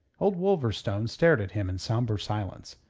old wolverstone stared at him in sombre silence.